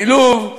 מלוב,